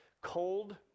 cold